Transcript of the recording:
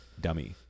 dummy